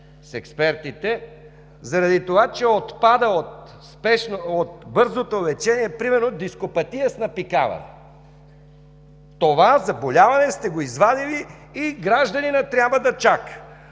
МИКОВ: ... заради това, че отпада от бързото лечение, примерно дископатия с напикаване. Това заболяване сте го извадили и гражданинът трябва да чака,